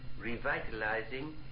revitalizing